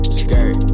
skirt